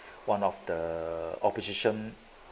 one of the opposition